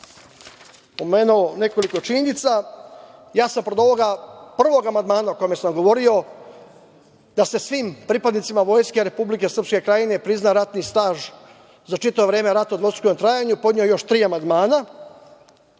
pomenuo nekoliko činjenica. Pored ovoga prvog amandmana o kome sam govorio da se svim pripadnicima Vojske Republike Srpske Krajine prizna ratni staž za čitavo vreme rata o dvostrukom trajanju, podneo je još tri amandmana. Drugi